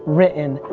written,